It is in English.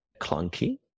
clunky